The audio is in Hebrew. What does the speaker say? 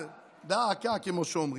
אבל, דא עקא, כמו שאומרים,